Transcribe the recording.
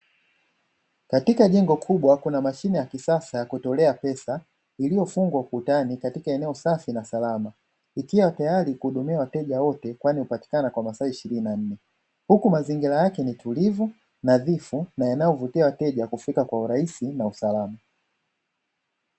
Katika jengo kubwa kuna mashine ya kisasa ya kutolea pesa iliyofungwa ukutani katika eneo safi na salama, ikiwa tayari kuhudumia wateja wote kwani hupatikana kwa masaa ishirini na nne. Huku mazingira yake ni tulivu, nadhifu na yanayovutia wateja kufika kwa urahisi na usalama.